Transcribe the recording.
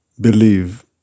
believe